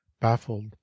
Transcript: baffled